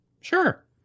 Sure